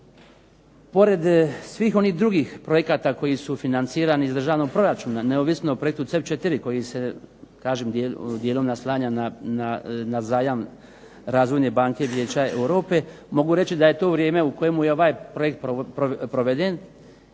Pored svih onih drugih projekata koji su financirani iz državnog proračuna, neovisno o projektu CEP4 koji se kažem dijelom naslanja na zajam Razvojne banke Vijeća Europe, mogu reći da je to vrijeme u kojemu je ovaj projekt proveden